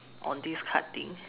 on this card thing